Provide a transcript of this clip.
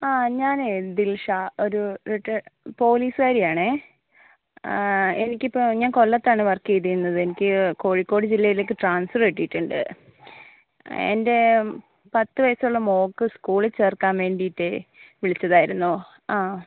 ആ ഞാനേ ദിൽഷ ഒരു റിട്ടേ പോലീസുകാരി ആണേ എനിക്ക് ഇപ്പോൾ ഞാൻ കൊല്ലത്ത് ആണ് വർക്ക് ചെയ്തിരുന്നത് എനിക്ക് കോഴിക്കോട് ജില്ലയിലേക്ക് ട്രാൻസ്ഫർ കിട്ടിയിട്ടുണ്ട് എൻ്റെ പത്ത് വയസ്സുള്ള മോൾക്ക് സ്കൂളിൽ ചേർക്കാൻ വേണ്ടിയിട്ട് വിളിച്ചത് ആയിരുന്നു ആ